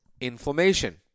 inflammation